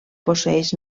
posseeix